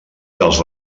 dels